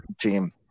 team